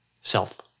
self